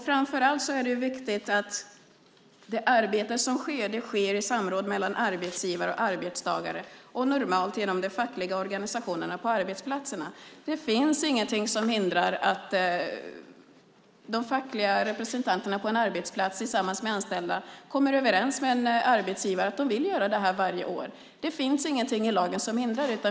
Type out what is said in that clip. Framför allt är det viktigt att det arbete som sker just sker i samråd mellan arbetsgivare och arbetstagare och normalt genom de fackliga organisationerna på arbetsplatserna. Ingenting hindrar att de fackliga representanterna på en arbetsplats tillsammans med anställda kommer överens med sin arbetsgivare om att göra det här varje år. Ingenting i lagen hindrar det.